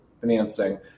financing